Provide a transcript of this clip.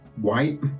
white